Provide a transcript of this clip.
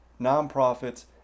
nonprofits